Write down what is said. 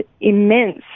immense